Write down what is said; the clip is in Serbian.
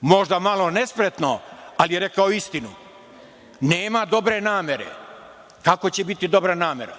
možda malo nespretno, ali je rekao istinu – nema dobre namere, kako će biti dobra namera?